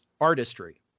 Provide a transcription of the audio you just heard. artistry